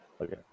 Okay